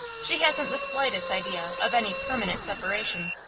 she hasn't the slightest idea of any permanent separation.